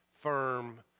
firm